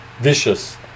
vicious